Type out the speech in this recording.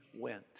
went